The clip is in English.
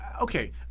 okay